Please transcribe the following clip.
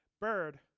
bird